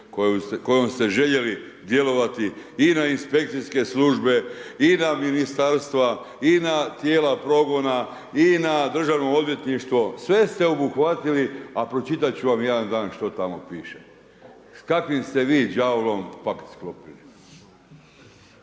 kojom ste željeli djelovati i na inspekcijske službe i na Ministarstva i na tijela progona i na Državno odvjetništvo, sve ste obuhvatili, a pročitati ću vam jedan dan što tamo piše, s kakvim ste vi đavlom pakt sklopili.